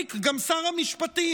מחזיק גם שר המשפטים.